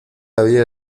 había